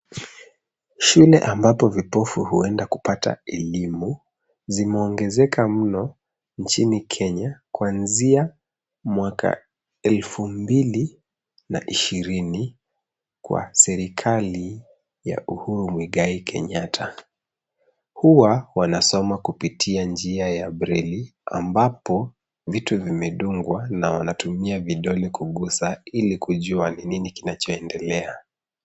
Shule ambapo vipofu huenda kupata elimu zimeongezeka mno nchini Kenya kuanzia mwaka elfu mbili na ishirini kwa serikali ya Uhuru Mwigai Kenyatta. Huwa wanasoma kupitia njia ya breli ambapo vitu vimedungwa na wanatumia vidole kugusa ili kujua ni nini kinachoendelea.